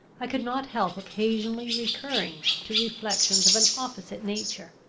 i could not help occasionally recurring to reflections of an opposite nature.